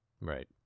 Right